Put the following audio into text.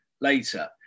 later